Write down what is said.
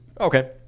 Okay